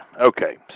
Okay